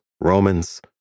Romans